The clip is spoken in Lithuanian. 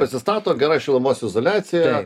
pasistato gera šilumos izoliacija